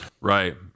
Right